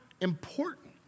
important